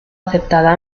aceptada